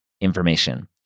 information